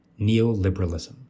Neoliberalism